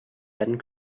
been